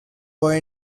born